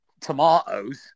tomatoes